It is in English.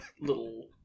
little